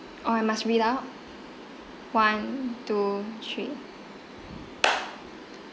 oh I must read out one two three